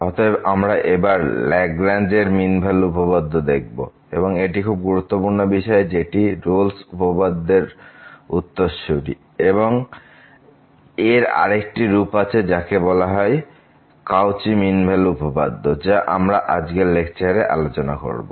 অতএব আমরা এবার লেগরেঞ্জ এর মিন ভ্যালু উপপাদ্য দেখব এবং এটি খুব গুরুত্বপূর্ণ বিষয় যেটি রোল'স উপপাদ্যের Rolle's Theorem উত্তরসূরী এবং এর আরেকটি রূপ আছে যাকে বলা হয় কচি মিন ভ্যালু উপপাদ্য যা আমরা আজকের লেকচারের আলোচনা করব